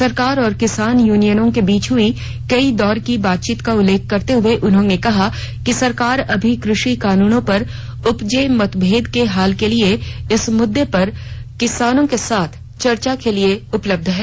सरकार और किसान यूनियनों के बीच हई कई दौर की बातचीत का उल्लेख करते हए उन्होंने कहा कि सरकार अभी कृषि कानूनों पर उपजे मतभेदों के हल के लिए इस मुद्दे पर किसानों के साथ चर्चा के लिए उपलब्धि है